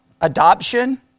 Adoption